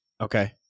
Okay